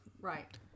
Right